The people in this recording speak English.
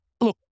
Look